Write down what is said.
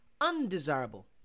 undesirable